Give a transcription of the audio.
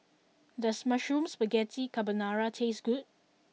does Mushroom Spaghetti Carbonara taste good